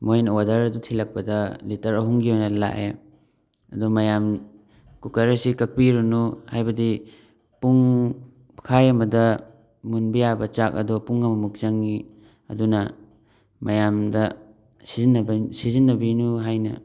ꯃꯣꯏꯅ ꯑꯣꯗꯔ ꯑꯗꯨ ꯊꯤꯜꯂꯛꯄꯗ ꯂꯤꯇꯔ ꯑꯍꯨꯝꯒꯤ ꯑꯣꯏꯅ ꯂꯥꯛꯑꯦ ꯑꯗꯨ ꯃꯌꯥꯝ ꯀꯨꯀꯔ ꯑꯁꯤ ꯀꯛꯄꯤꯔꯨꯅꯨ ꯍꯥꯏꯕꯗꯤ ꯄꯨꯡ ꯈꯥꯏ ꯑꯃꯗ ꯃꯨꯟꯕ ꯌꯥꯕ ꯆꯥꯛ ꯑꯗꯣ ꯄꯨꯡ ꯑꯃꯃꯨꯛ ꯆꯪꯉꯤ ꯑꯗꯨꯅ ꯃꯌꯥꯝꯗ ꯁꯤꯖꯤꯟꯅꯕꯤ ꯁꯤꯖꯤꯟꯅꯕꯤꯅꯨ ꯍꯥꯏꯅ